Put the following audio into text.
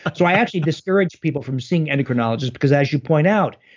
so i actually discourage people from seeing endocrinologists because as you point out,